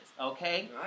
okay